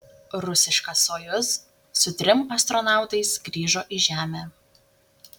rusiška sojuz su trim astronautais grįžo į žemę